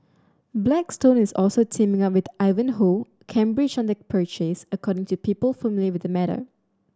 Blackstone is also teaming up with Ivanhoe Cambridge on the purchase according to people familiar with matter